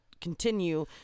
continue